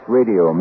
Radio